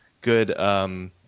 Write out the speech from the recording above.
good